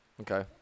okay